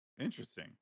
interesting